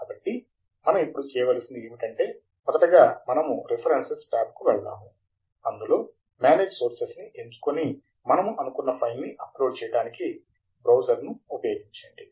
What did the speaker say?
కాబట్టి మనం ఇప్పుడు చేయవలసింది ఏమిటంటే మొదటగా మనము రిఫరెన్సెస్ ట్యాబ్కు వెల్దాము అందులో మేనేజ్ సోర్సెస్ ని ఎంచుకొని మనము అనుకున్న ఫైల్ ని అప్ లోడ్ చేయటానికి బ్రౌజ్ ను ఉపయోగించండి